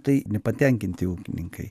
tai nepatenkinti ūkininkai